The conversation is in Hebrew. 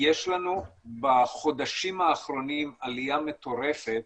יש לנו בחודשים האחרונים עליה מטורפת